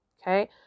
Okay